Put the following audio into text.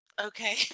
Okay